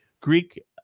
Greek